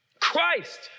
Christ